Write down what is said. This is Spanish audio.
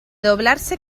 doblarse